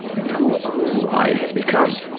and who who i had become.